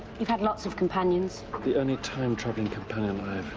you've had lots of companions. the only time-travelling companion